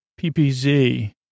PPZ